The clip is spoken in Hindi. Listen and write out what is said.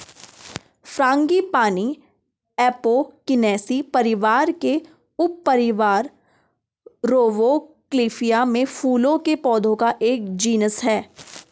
फ्रांगीपानी एपोकिनेसी परिवार के उपपरिवार रौवोल्फिया में फूलों के पौधों का एक जीनस है